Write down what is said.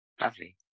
Lovely